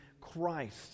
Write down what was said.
Christ